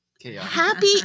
happy